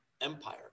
empire